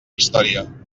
història